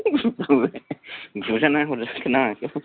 बुजानानै हरजाखोना माखो